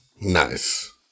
Nice